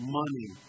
money